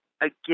again